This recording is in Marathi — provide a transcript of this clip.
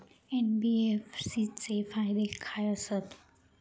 एन.बी.एफ.सी चे फायदे खाय आसत?